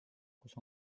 kus